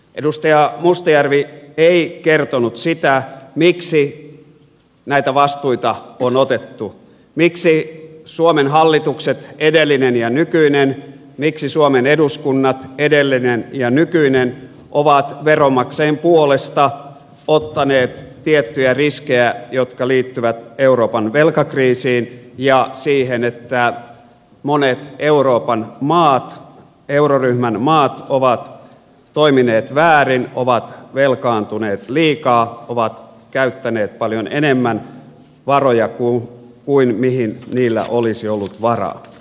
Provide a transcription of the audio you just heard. edustaja mustajärvi ei kertonut sitä miksi näitä vastuita on otettu miksi suomen hallitukset edellinen ja nykyinen miksi suomen eduskunnat edellinen ja nykyinen ovat veronmaksajien puolesta ottaneet tiettyjä riskejä jotka liittyvät euroopan velkakriisiin ja siihen että monet euroopan maat euroryhmän maat ovat toimineet väärin ovat velkaantuneet liikaa ovat käyttäneet paljon enemmän varoja kuin mihin niillä olisi ollut varaa